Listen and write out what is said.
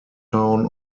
town